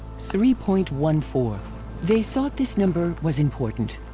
three point one four they thought this number was important.